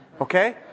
Okay